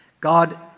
God